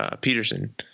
Peterson